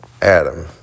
Adam